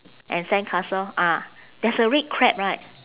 and sandcastle ah there's a red crab right